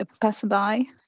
passerby